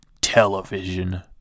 television